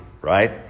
right